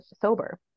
sober